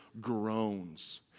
groans